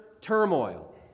turmoil